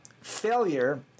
failure